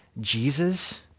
Jesus